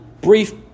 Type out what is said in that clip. brief